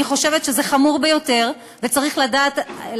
אני חושבת שזה חמור ביותר, וצריך לתת